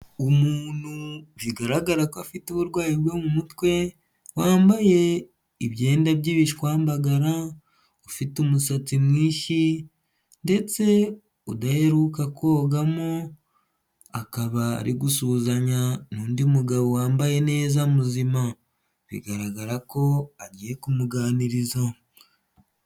Umuntu bigaragara ko afite uburwayi bwo mu mutwe, wambaye ibyenda by'ibishwambagara, ufite umusatsi mwinshi ndetse udaheruka kogamo, akaba ari gusuhuzanya n'undi mugabo wambaye neza muzima, bigaragara ko agiye kumuganiriza.